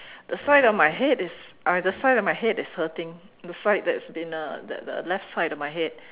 the side of my head is I the side of my head is hurting the side that's been uh that the left side of my head